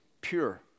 pure